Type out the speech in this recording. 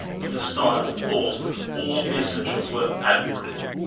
but the style, the thought all the essentials were admirable.